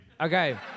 Okay